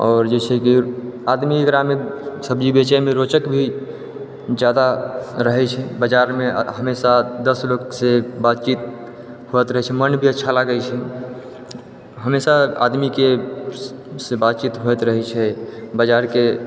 आओर जे छै कि आदमी एकरा मे सब्जी बेचै मे रोचक भी जादा रहै छै बजारमे हमेशा दस लोक से बातचीत हुअत रहै छै मन भी अच्छा लागै छै हमेशा आदमी के से बातचीत हुअत रहै छै बजारके